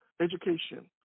education